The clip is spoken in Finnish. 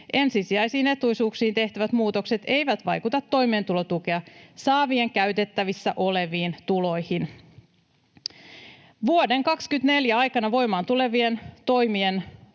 Ensisijaisiin etuisuuksiin tehtävät muutokset eivät vaikuta toimeentulotukea saavien käytettävissä oleviin tuloihin. Vuoden 2024 aikana voimaan tulevien toimien